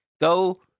Go